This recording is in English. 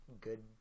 good